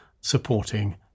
supporting